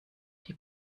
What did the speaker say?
die